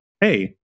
Hey